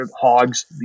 hogs